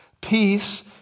Peace